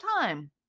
time